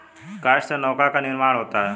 काष्ठ से नौका का निर्माण होता है